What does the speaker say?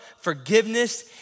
forgiveness